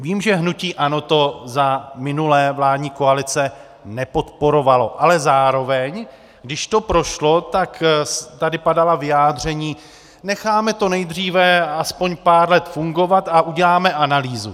Vím, že hnutí ANO to za minulé vládní koalice nepodporovalo, ale zároveň, když to prošlo, tak tady padala vyjádření: Necháme to nejdříve aspoň pár let fungovat a uděláme analýzu.